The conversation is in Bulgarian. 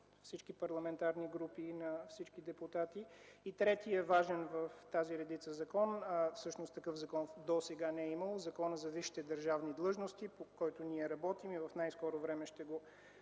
всички парламентарни групи и на всички депутати, и третият важен закон в тази редица, всъщност такъв закон досега не е имало – Законът за висшите държавни длъжности, по който ние работим и в най-скоро време ще